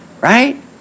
right